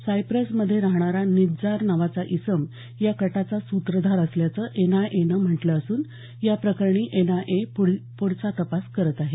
Cyprus मध्ये राहणारा निज्जार नावाचा इसम या कटाचा सूत्रधार असल्याचं एनआयएनं म्हटलं असून या प्रकरणी एनआयए पुढील तपास करत आहे